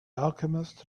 alchemist